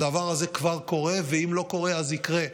הדבר הזה כבר קורה, ואם לא קורה, אז יקרה.